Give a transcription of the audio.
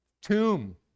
tomb